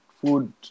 food